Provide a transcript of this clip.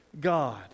God